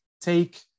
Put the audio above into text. take